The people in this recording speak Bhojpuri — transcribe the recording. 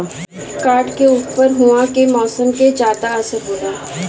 काठ के ऊपर उहाँ के मौसम के ज्यादा असर होला